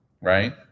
right